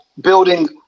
building